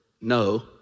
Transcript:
no